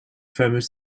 fameux